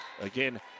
Again